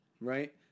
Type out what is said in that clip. right